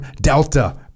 Delta